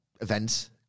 events